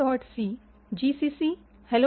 C GCC hello